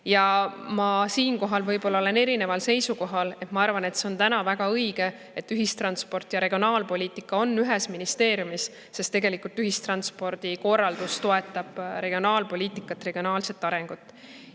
Ma siinkohal olen erineval seisukohal. Ma arvan, et see on väga õige, et ühistransport ja regionaalpoliitika on ühes ministeeriumis, sest ühistranspordi korraldus toetab tegelikult regionaalpoliitikat, regionaalset arengut.